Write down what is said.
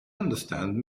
understand